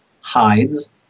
hides